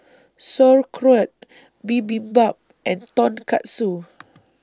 Sauerkraut Bibimbap and Tonkatsu